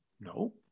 No